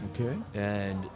Okay